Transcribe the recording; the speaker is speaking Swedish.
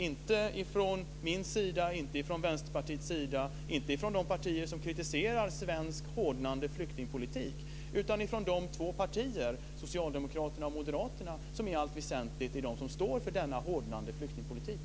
Det gäller inte från min och från Vänsterpartiets sida och inte heller från de partier som kritiserar hårdnande svensk flyktingpolitik utan från de två partier, Socialdemokraterna och Moderaterna, som i dag i allt väsentligt står för denna hårdnande flyktingpolitik.